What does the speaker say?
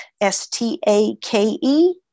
S-T-A-K-E